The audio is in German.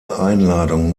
einladung